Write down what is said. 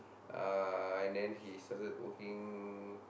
uh and then he started working